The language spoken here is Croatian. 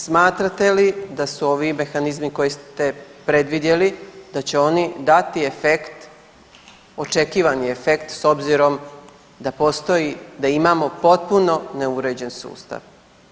Smatrate li da su ovi mehanizmi koje ste predvidjeli da će oni dati efekt očekivani efekt s obzirom da postoji da imamo potpuno neuređen sustav?